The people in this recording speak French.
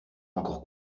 encore